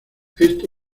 esto